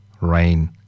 rain